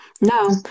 No